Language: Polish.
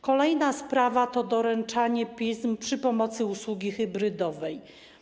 Kolejna sprawa to doręczanie pism za pomocą usługi hybrydowej.